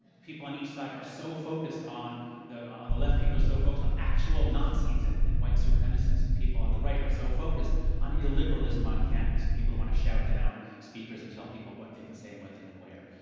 people on each side are so focused on on the left, people are so focused on actual nazis and and white supremacists, and people on the right are so focused on illiberalism on campus, and people want to shout down speakers and tell people what they can say and what they can wear.